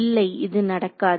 இல்லை இது நடக்காது